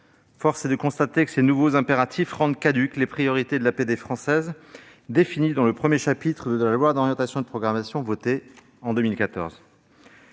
Force est de constater que ces nouveaux impératifs rendent caduques les priorités de l'APD française définies dans le premier chapitre de la loi d'orientation et de programmation relative